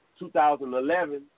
2011